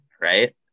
right